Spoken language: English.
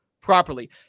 properly